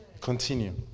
Continue